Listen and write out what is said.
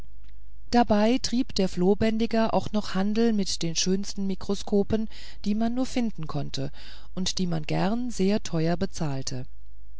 dabei trieb der flohbändiger auch noch handel mit den schönsten mikroskopen die man nur finden konnte und die man gern sehr teuer bezahlte